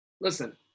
Listen